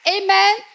amen